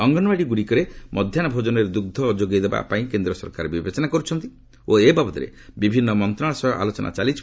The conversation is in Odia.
ଅଙ୍ଗନବାଡ଼ି ଗୁଡ଼ିକରେ ମଧ୍ୟାହ୍ନ ଭୋକନରେ ଦୁଗ୍ମ ଯୋଗାଇ ଦେବା ପାଇଁ କେନ୍ଦ୍ର ସରକାର ବିବେଚନା କରୁଛନ୍ତି ଓ ଏ ବାବଦରେ ବିଭିନ୍ନ ମନ୍ତ୍ରଣାଳୟ ସହ ଆଲୋଚନା ଚାଲିଛି